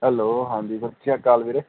hello ਹਾਂਜੀ ਸਤਿ ਸ਼੍ਰੀ ਅਕਾਲ ਵੀਰੇ